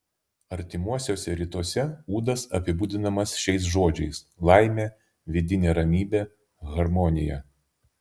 artimuosiuose rytuose ūdas apibūdinamas šiais žodžiais laimė vidinė ramybė harmonija